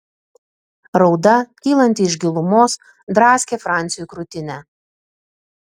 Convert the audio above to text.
rauda kylanti iš gilumos draskė franciui krūtinę